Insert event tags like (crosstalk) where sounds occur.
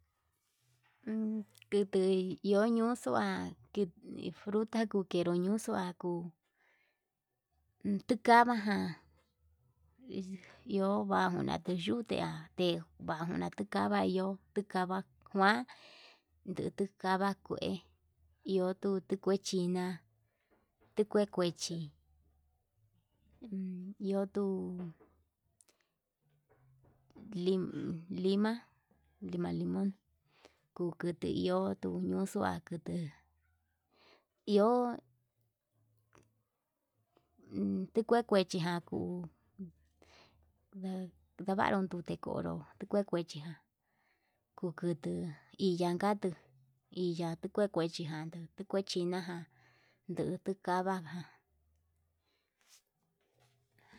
(hesitation) kutui ion ñuxua ki kuu fruta kukero ñuxua, kuu tukava ján iho vajuna texhutia te vajuna tuu kava iho tukava njuan ndutu kava kue, iho tu tukue china tu keu kuechi iho tu lima limon ku kutu iho tuu ñuxua kutuu, iho tuu kue kuechijan kuu ndavarun tute konró kue kuechi kukutu iya'a yanka tuu iyan kue kuechijan tuu tukue china jan yuu tukava.